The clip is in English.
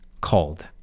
called